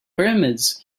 pyramids